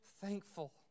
thankful